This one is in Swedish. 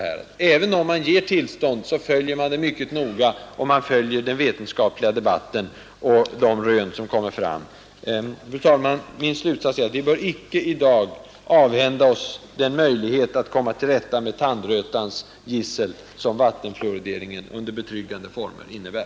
Även om man ger tillstånd, följer man verksamheten mycket nära, och man bevakar också den vetenskapliga debatten. Fru talman! Vi bör icke i dag avhända oss den möjlighet att komma till rätta med tandrötans gissel som vattenfluoridering under betryggande former innebär.